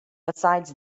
besides